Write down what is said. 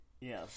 Yes